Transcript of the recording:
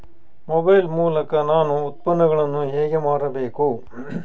Mobile ಮೂಲಕ ನಾನು ಉತ್ಪನ್ನಗಳನ್ನು ಹೇಗೆ ಮಾರಬೇಕು?